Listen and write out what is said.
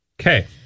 Okay